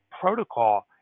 protocol